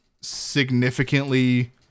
significantly